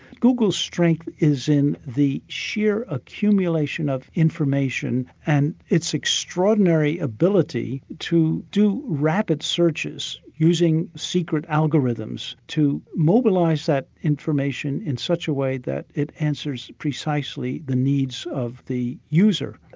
google's strength is in the sheer accumulation of information and its extraordinary ability to do rapid searches using secret algorithms to mobilise that information in such a way that it answers precisely the needs of the user.